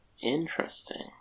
Interesting